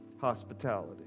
hospitality